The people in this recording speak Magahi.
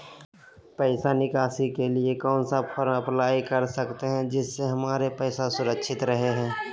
पैसा निकासी के लिए कौन सा फॉर्म अप्लाई कर सकते हैं जिससे हमारे पैसा सुरक्षित रहे हैं?